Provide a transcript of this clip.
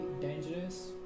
dangerous